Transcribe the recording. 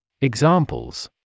Examples